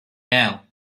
now